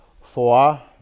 Four